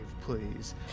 please